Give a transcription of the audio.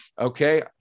okay